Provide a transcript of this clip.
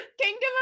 Kingdom